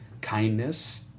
Kindness